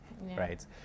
right